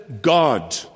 God